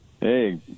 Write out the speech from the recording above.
hey